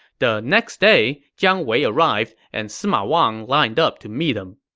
the next day, jiang wei arrived, and sima wang lined up to meet him.